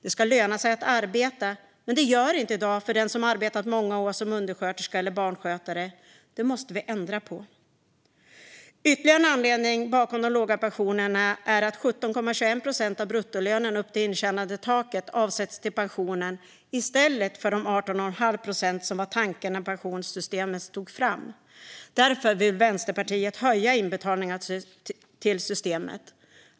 Det ska löna sig att arbeta, men det gör det inte i dag för den som arbetat många år som undersköterska eller barnskötare. Det måste vi ändra på. Ytterligare en anledning till de låga pensionerna är att 17,21 procent av bruttolönen upp till intjänandetaket avsätts till pensionen i stället för de 18,5 procent som var tanken när pensionssystemet togs fram. Därför vill Vänsterpartiet höja inbetalningarna till systemet.